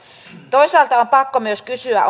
toisaalta on pakko myös kysyä